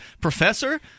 professor